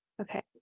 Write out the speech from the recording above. okay